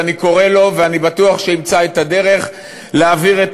ואני קורא לו ואני בטוח שימצא את הדרך להבהיר את